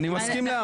אני מסכים.